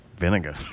Vinegar